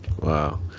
wow